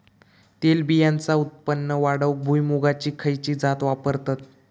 तेलबियांचा उत्पन्न वाढवूक भुईमूगाची खयची जात वापरतत?